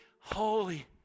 holy